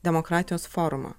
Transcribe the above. demokratijos forumą